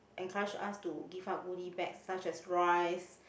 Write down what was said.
encourage us to give us goodies bag such as rices